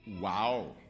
Wow